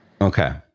Okay